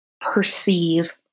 perceive